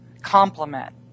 complement